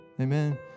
Amen